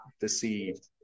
deceived